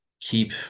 keep